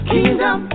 Kingdom